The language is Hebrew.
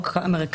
יכול.